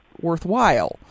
worthwhile